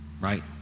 right